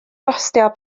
bostio